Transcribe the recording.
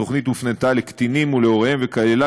התוכנית הופנתה לקטינים ולהוריהם וכללה